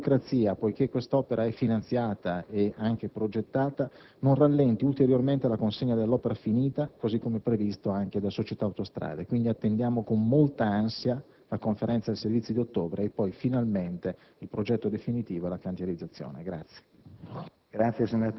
affinché la burocrazia, dal momento che questa infrastruttura è finanziata e anche progettata, non rallenti ulteriormente la consegna dell'opera finita, così come previsto anche da Società Autostrade. Quindi, attendiamo con molta ansia la Conferenza dei servizi di ottobre e poi, finalmente, il progetto definitivo e la cantierizzazione.